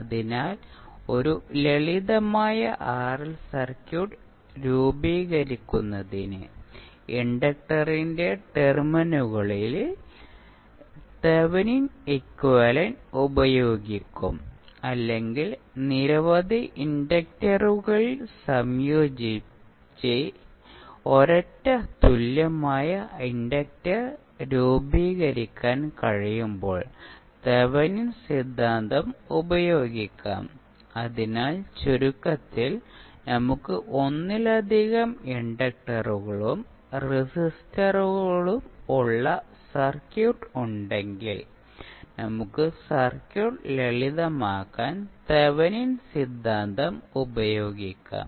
അതിനാൽ ഒരു ലളിതമായ ആർഎൽ സർക്യൂട്ട് രൂപീകരിക്കുന്നതിന് ഇൻഡക്റ്ററിന്റെ ടെർമിനലുകളിൽ തെവെനിൻ എക്വിവാലെന്റ് ഉപയോഗിക്കും അല്ലെങ്കിൽ നിരവധി ഇൻഡക്റ്ററുകൾ സംയോജിപ്പിച്ച് ഒരൊറ്റ തുല്യമായ ഇൻഡക്റ്റർ രൂപീകരിക്കാൻ കഴിയുമ്പോൾ തെവെനിൻ സിദ്ധാന്തം ഉപയോഗിക്കാം അതിനാൽ ചുരുക്കത്തിൽ നമുക്ക് ഒന്നിലധികം ഇൻഡക്റ്ററുകളും റെസിസ്റ്ററുകളും ഉള്ള സർക്യൂട്ട് ഉണ്ടെങ്കിൽ നമുക്ക് സർക്യൂട്ട് ലളിതമാക്കാൻ തെവെനിൻ സിദ്ധാന്തം ഉപയോഗിക്കാം